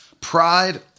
Pride